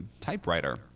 typewriter